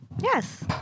Yes